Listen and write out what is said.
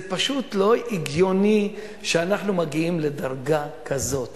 זה פשוט לא הגיוני שאנחנו מגיעים לדרגה כזאת